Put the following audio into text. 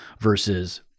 versus